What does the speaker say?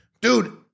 dude